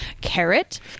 carrot